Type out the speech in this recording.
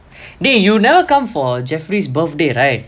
dey you never come for jeffrey's birthday right